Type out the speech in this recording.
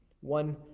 one